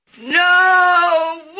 No